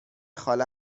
خاله